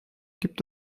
gibt